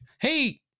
Hey